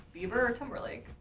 bieber or timberlake.